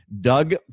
Doug